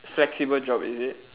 flexible job is it